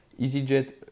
EasyJet